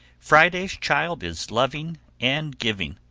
friday's child is loving and giving,